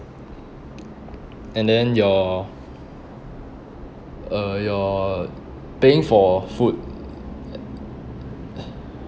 and then you're uh you're paying for food